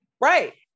Right